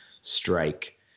strike